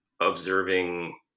observing